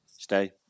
Stay